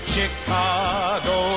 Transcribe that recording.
Chicago